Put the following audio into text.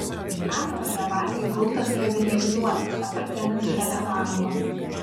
kameroje vagiui gultas privilegijuotas apatinis šalia lango